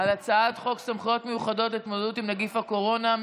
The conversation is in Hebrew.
על הצעת חוק סמכויות מיוחדות להתמודדות עם נגיף הקורונה.